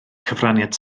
cyfraniad